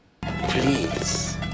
Please